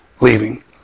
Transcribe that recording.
leaving